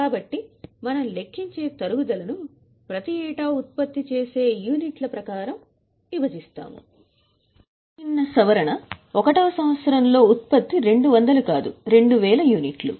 కాబట్టి మనం లెక్కించే తరుగుదల 4000 యూనిట్లకు యూనిట్ల అంచనాల ప్రకారం మనము దానిని విస్తరిస్తాము